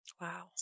Wow